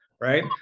right